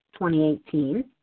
2018